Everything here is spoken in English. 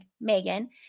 Megan